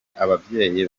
ababyeyi